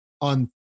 on